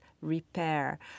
repair